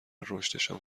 رشدشان